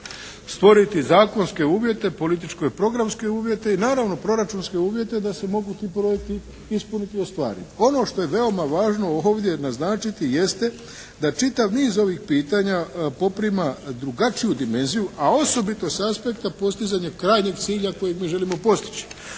stvoriti zakonske uvjete, političke i programske uvjete i naravno proračunske uvjete da se mogu ti projekti ispuniti i ostvariti. Ono što je veoma važno ovdje naznačiti jeste da čitav niz ovih pitanja poprima drugačiju dimenziju a osobito s aspekta postizanje krajnjeg cilja kojeg mi želimo postići.